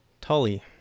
Tully